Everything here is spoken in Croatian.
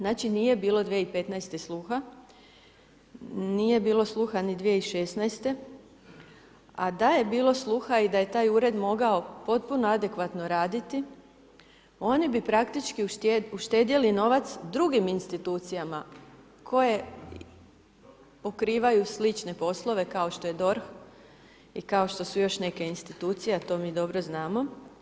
Znači nije bilo 2015. sluha, nije bilo sluha ni 2016. a da je bilo sluha i da je taj ured mogao potpuno adekvatno raditi oni bi praktički uštedjeli novac drugim institucijama koje pokrivaju slične poslove kao što je DORH i kao što su još neke institucije, a to mi dobro znamo.